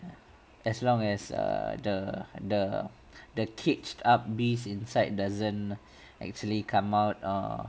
as long as err the the the caged up bees inside doesn't actually come out oh